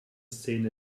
szene